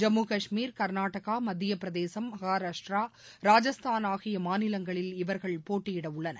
ஜம்மு கஷ்மீர் கர்நாடகா மத்தியபிரதேசும் மஹாராஷ்டிரா ராஜஸ்தான் ஆகிய மாநிலங்களில் இவர்கள் போட்டியிட உள்ளனர்